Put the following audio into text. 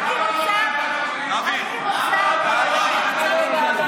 תכף הוא יענה לך, שרן.